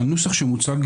הנוסח שמוצג